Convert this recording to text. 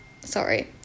sorry